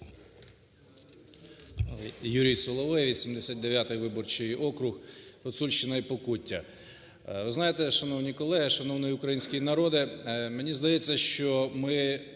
Юрій Соловей, 79 виборчий округ, Гуцульщина і Покуття. Ви знаєте, шановні колеги, шановний український народе, мені здається, що ми